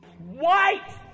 white